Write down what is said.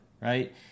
right